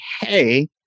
Hey